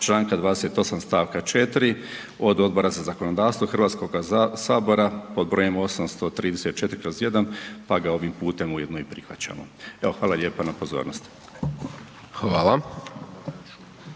čl. 28. st. 4., od Odbora za zakonodavstvo i Hrvatskoga sabora pod br. 834/1 pa ga ovim putem ujedno i prihvaćamo. Evo, hvala lijepo na pozornosti.